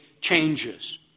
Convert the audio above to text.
changes